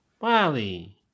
Wally